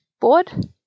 board